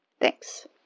Thanks